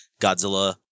Godzilla